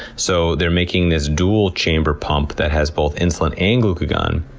so, they're making this dual-chambered pump that has both insulin and glucagon,